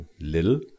little